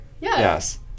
Yes